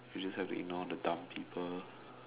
you just have to ignore the dumb people